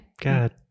God